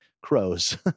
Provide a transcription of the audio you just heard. crows